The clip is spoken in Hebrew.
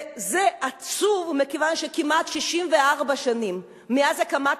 וזה עצוב מכיוון שכמעט 64 שנים מאז הקמת